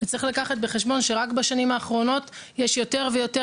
וצריך לקחת בחשבון שרק בשנים האחרונות יש יותר ויותר